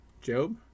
Job